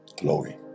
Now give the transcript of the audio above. Glory